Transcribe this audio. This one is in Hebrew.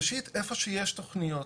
ראשית, איפה שיש תכניות